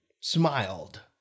smiled